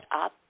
up